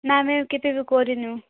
ନା ମ୍ୟାମ୍ କିଛ ବି କରିନୁ